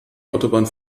autobahn